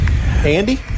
Andy